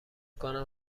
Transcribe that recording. کنم